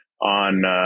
on